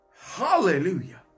hallelujah